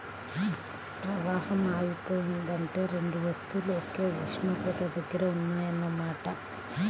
ప్రవాహం ఆగిపోయిందంటే రెండు వస్తువులు ఒకే ఉష్ణోగ్రత దగ్గర ఉన్నాయన్న మాట